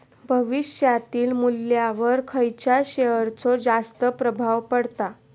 भविष्यातील मुल्ल्यावर खयच्या शेयरचो जास्त प्रभाव पडता?